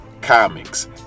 comics